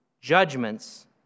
judgments